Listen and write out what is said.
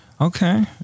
Okay